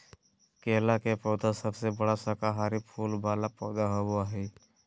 केला के पौधा सबसे बड़ा शाकाहारी फूल वाला पौधा होबा हइ